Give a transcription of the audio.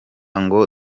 ngo